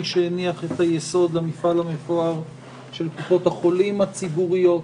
מי שהניח את יסוד המפעל המפואר של קופות החולים הציבוריות,